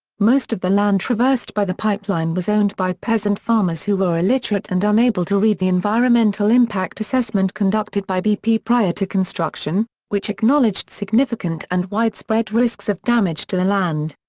most of the land traversed by the pipeline was owned by peasant farmers who were illiterate and unable to read the environmental impact assessment conducted by bp prior to construction, which acknowledged significant and widespread risks of damage to the land.